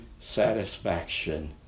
satisfaction